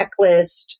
checklist